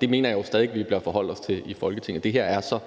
det mener jeg jo stadig væk at vi bør forholde os til i Folketinget. Det her er så